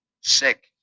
sick